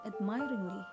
admiringly